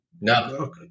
No